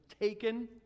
taken